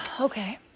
Okay